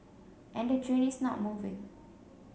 and the train is not moving